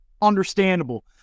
Understandable